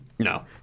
No